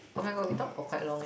oh my god we talk for quite long